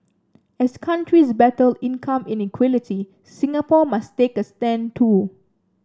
as countries battle income inequality Singapore must take a stand too